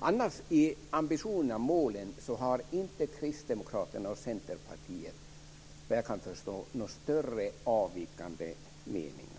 Vad gäller ambitionerna och målen har annars Kristdemokraterna och Centerpartiet såvitt jag kan förstå inte avvikande meningar i någon större utsträckning.